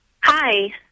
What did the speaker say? Hi